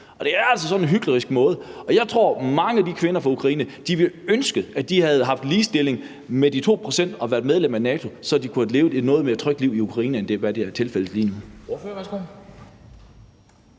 Det er altså en hyklerisk måde at se det på. Jeg tror, at mange af de kvinder fra Ukraine ville ønske, at man havde haft ligestilling og havde betalt de 2 pct., og at de havde været medlem af NATO, så de kunne have levet et noget mere trygt liv i Ukraine, end hvad der er tilfældet lige nu.